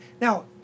Now